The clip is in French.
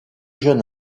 jeune